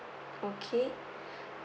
okay